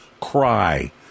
cry